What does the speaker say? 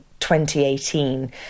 2018